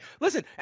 Listen